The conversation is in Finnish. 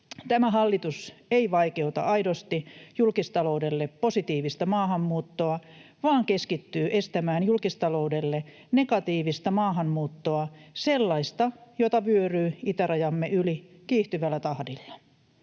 Tämä hallitus ei vaikeuta aidosti julkistaloudelle positiivista maahanmuuttoa vaan keskittyy estämään julkistaloudelle negatiivista maahanmuuttoa, sellaista, jota vyöryy itärajamme yli kiihtyvällä tahdilla.